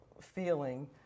feeling